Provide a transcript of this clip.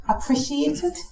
appreciated